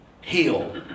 heal